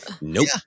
nope